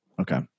okay